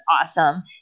awesome